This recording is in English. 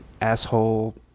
asshole